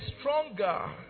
stronger